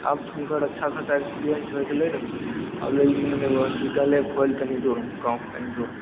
आब तऽ हुनकर अच्छा खासा एक्सपीरियेन्स होइ गेलय आब लेलखिन हँ एगो हॉस्पिटले खोलि तनी दूर गाँवके कनी दूरमे